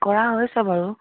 কৰা হৈছে বাৰু